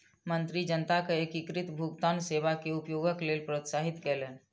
मंत्री जनता के एकीकृत भुगतान सेवा के उपयोगक लेल प्रोत्साहित कयलैन